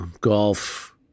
Golf